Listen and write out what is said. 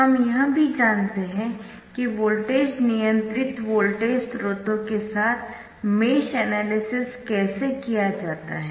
हम यह भी जानते है कि वोल्टेज नियंत्रित वोल्टेज स्रोतों के साथ मेश एनालिसिस कैसे किया जाता है